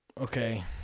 Okay